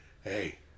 Hey